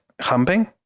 humping